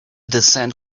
descent